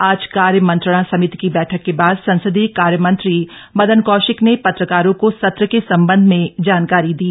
आज कार्य मंत्रणा समिति की बैठक के बाद संसदीय कार्य मंत्री मदन कौशिक ने पत्रकारों को सत्र के संबंध में जानकारी दी